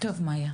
בסדר מאיה,